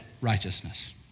righteousness